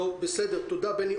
תודה, בני.